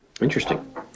Interesting